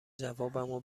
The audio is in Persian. جوابمو